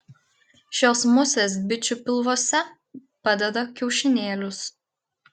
šios musės bičių pilvuose padeda kiaušinėlius